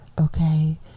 okay